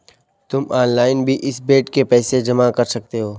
तुम ऑनलाइन भी इस बेड के पैसे जमा कर सकते हो